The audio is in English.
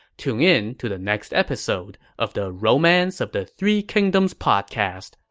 tune in to the next episode of the romance of the three kingdoms podcast.